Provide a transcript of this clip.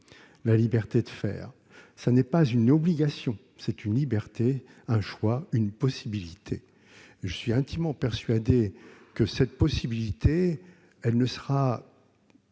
la liberté de faire. Ce n'est pas une obligation ; c'est une liberté, un choix, une possibilité. Je suis intimement persuadé que cette faculté de poursuivre